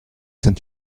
sind